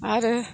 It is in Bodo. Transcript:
आरो